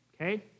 okay